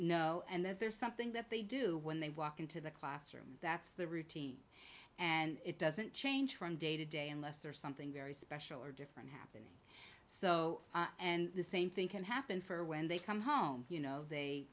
and there's something that they do when they walk into the classroom that's the routine and it doesn't change from day to day unless there's something very special or different here so and the same thing can happen for when they come home you know they